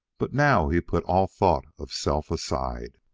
but now he put all thought of self aside.